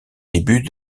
début